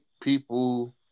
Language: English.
people